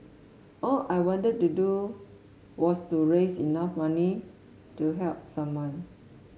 all I wanted to do was to raise enough money to help someone